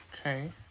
Okay